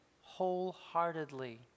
wholeheartedly